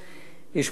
שמואל גולן,